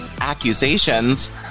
accusations